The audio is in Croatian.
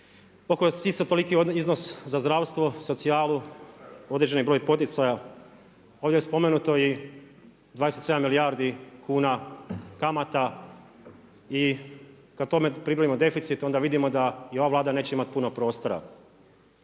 oko isto toliki iznos za zdravstvo, socijalu, određeni broj poticaja, ovdje je spomenuto i 27 milijardi kuna kamata i kad tome pribrojimo deficit ona vidimo da ni ova Vlada neće imati puno prostora.